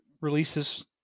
releases